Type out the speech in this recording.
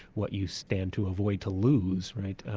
what you stand to avoid to lose, right,